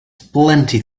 plenty